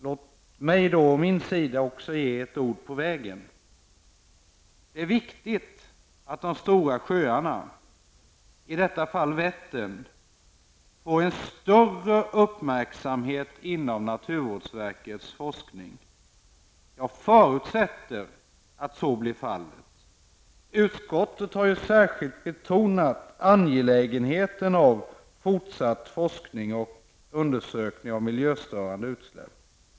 Låt också mig då å min sida ge ett ord på vägen. Det är viktigt att de stora sjöarna, i detta fall Vättern, får en större uppmärksamhet inom naturvårdsverkets forskning. Jag förutsätter att så blir fallet. Utskottet har särskilt betonat angelägenheten av fortsatt forskning och undersökningar av miljöstörande utsläpp.